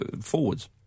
forwards